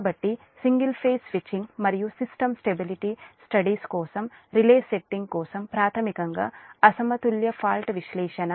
కాబట్టి single phase switching మరియు system stability studies కోసం రిలే సెట్టింగ్ కోసం ప్రాథమికంగా అసమతుల్య ఫాల్ట్ విశ్లేషణ